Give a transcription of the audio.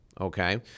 okay